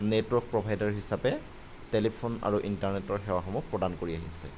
network provider হিচাপে telephone আৰু ইন্টাৰনেটৰ সেৱাসমূহ প্ৰদান কৰি আহিছে